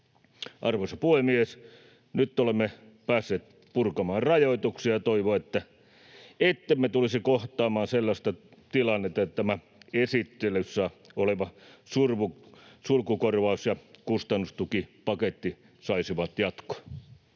Arvoisa puhemies! Nyt olemme päässeet purkamaan rajoituksia. Toivon, ettemme tulisi kohtaamaan sellaista tilannetta, että tämä esittelyssä oleva sulkukorvaus- ja kustannustukipaketti saisi jatkoa.